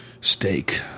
Steak